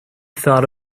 thought